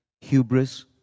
hubris